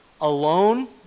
alone